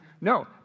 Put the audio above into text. No